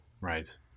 Right